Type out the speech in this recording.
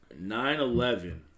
9-11